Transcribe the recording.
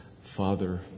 Father